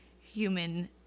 human